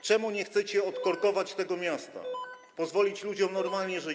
Czemu nie chcecie odkorkować tego miasta, pozwolić ludziom normalnie żyć?